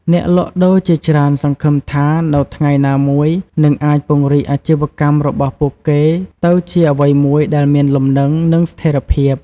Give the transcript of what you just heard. អ្នកលក់ដូរជាច្រើនសង្ឃឹមថា នៅថ្ងៃណាមួយនឹងអាចពង្រីកអាជីវកម្មរបស់ពួកគេទៅជាអ្វីមួយដែលមានលំនឹង និងស្ថេរភាព។